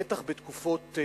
בטח בתקופות,